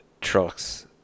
trucks